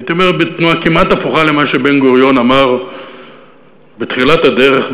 הייתי אומר בתנועה כמעט הפוכה למה שבן-גוריון אמר בתחילת הדרך,